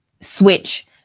Switch